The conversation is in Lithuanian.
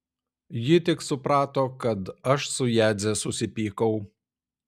ji tik suprato kad aš su jadze susipykau